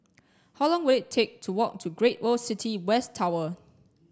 how long will it take to walk to Great World City West Tower